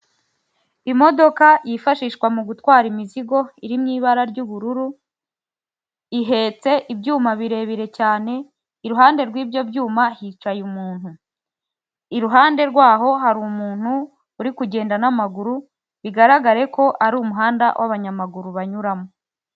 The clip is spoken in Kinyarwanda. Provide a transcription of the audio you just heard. Imodoka yifashishwa mu gutwara imizigo iri mu ibara ry'ubururu ihetse ibyuma birebire cyane iruhande rw'ibyo byuma hicaye umuntu; iruhande rwaho hari umuntu uri kugenda n'amaguru bigaragare ko ari umuhanda w'abanyamaguru banyuramo.